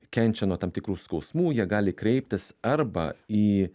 kenčia nuo tam tikrų skausmų jie gali kreiptis arba į